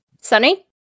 Sunny